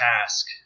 task